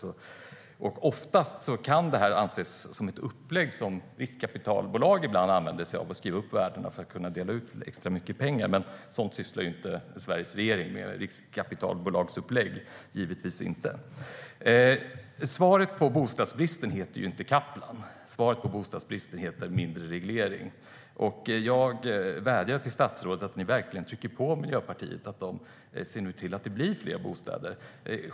Oftast kan ett sådant upplägg anses vara av den typ som riskkapitalbolag ibland använder sig av - att skriva upp värdena för att kunna dela ut extra mycket pengar. Men riskkapitalbolagsupplägg är givetvis inget som Sveriges regering sysslar med. Svaret på bostadsbristen heter inte Kaplan. Svaret på bostadsbristen heter mindre reglering. Jag vädjar till statsrådet om att ni verkligen trycker på Miljöpartiet, så att de ser till att det blir fler bostäder.